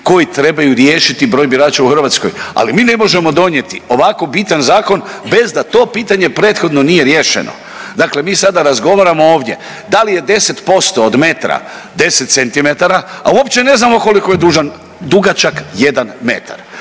koji trebaju riješiti broj birača u Hrvatskoj, ali mi ne možemo donijeti ovako bitan zakon bez da to pitanje prethodno nije riješeno. Dakle, mi sada razgovaramo ovdje da li je 10% od metra 10 centimetara, a uopće ne znamo koliko je dužan, dugačak